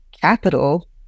capital